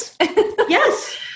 Yes